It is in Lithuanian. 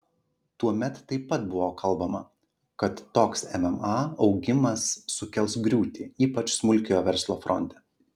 tuomet taip pat buvo kalbama kad toks mma augimas sukels griūtį ypač smulkiojo verslo fronte